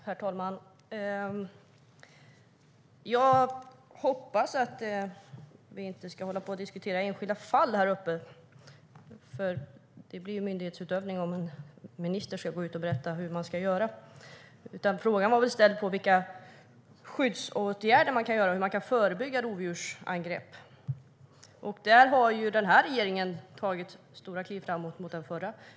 Herr talman! Jag hoppas att vi inte ska diskutera enskilda fall. Det blir ju myndighetsutövning om ministern ska gå ut och berätta hur man ska göra. Frågan var väl vilka skyddsåtgärder man kan vidta för att förebygga rovdjursangrepp. Där har den här regeringen tagit stora kliv framåt jämfört med den förra regeringen.